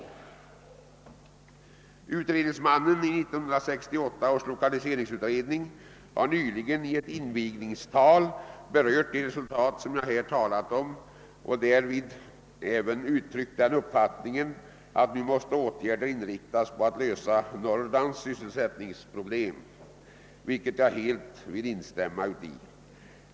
Utredningsmannen i 1968 års lokaliseringsutredning har nyligen i ett invigningstal berört de resultat jag här talat om och därvid även uttryckt den uppfattningen att åtgärder nu måste inriktas på att lösa Norrlands sysselsättningsproblem, vilket jag helt vill instämma i.